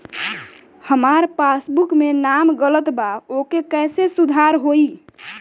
हमार पासबुक मे नाम गलत बा ओके कैसे सुधार होई?